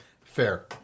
Fair